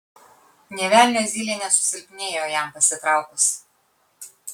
nė velnio zylė nesusilpnėjo jam pasitraukus